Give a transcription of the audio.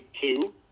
two